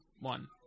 one